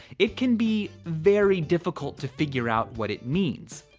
it can be very difficult to figure out what it means.